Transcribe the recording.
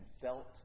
felt